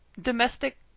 Domestic